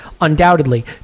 Undoubtedly